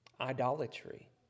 idolatry